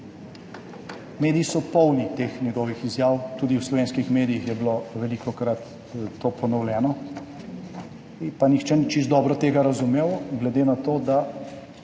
Mediji so polni teh njegovih izjav, tudi v slovenskih medijih je bilo velikokrat to ponovljeno, pa nihče tega ni čisto dobro razumel, glede na to, da